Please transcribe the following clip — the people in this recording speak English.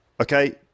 okay